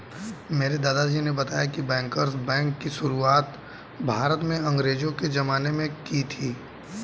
मेरे दादाजी ने बताया की बैंकर्स बैंक की शुरुआत भारत में अंग्रेज़ो के ज़माने में की थी